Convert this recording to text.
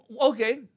Okay